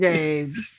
Games